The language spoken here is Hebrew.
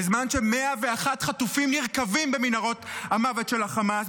בזמן ש-101 חטופים נרקבים במנהרות המוות של החמאס,